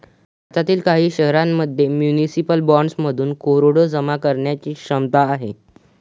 भारतातील काही शहरांमध्ये म्युनिसिपल बॉण्ड्समधून करोडो जमा करण्याची क्षमता आहे